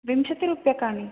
विंशतिः रूप्यकाणि